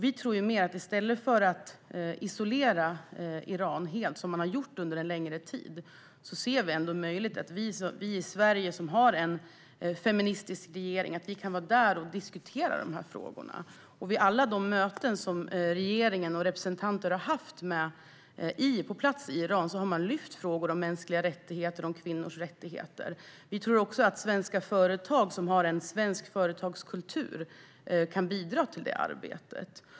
I stället för att isolera Iran helt, som man har gjort under en längre tid, ser vi en möjlighet för oss i Sverige, som har en feministisk regering, att vara där och diskutera dessa frågor. Vid alla de möten som regeringen och andra representanter har haft på plats i Iran har man lyft fram frågor om mänskliga rättigheter och om kvinnors rättigheter. Vi tror också att svenska företag som har en svensk företagskultur kan bidra till detta arbete.